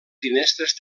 finestres